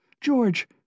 George